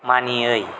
मानियै